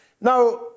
Now